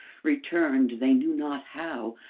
returned they knew not how,